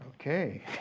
Okay